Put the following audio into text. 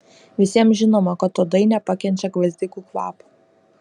visiems žinoma kad uodai nepakenčia gvazdikų kvapo